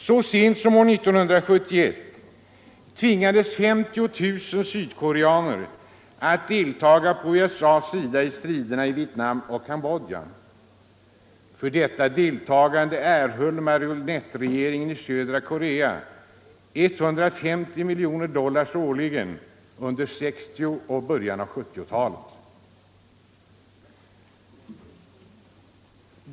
Så sent som år 1971 tvingades 50 000 sydkoreaner att delta på USA:s sida i striderna i Vietnam och Cambodja. För detta deltagande erhöll marionettregeringen i södra Korea 150 miljoner dollar årligen under 1960 talet och början av 1970-talet.